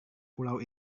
pulau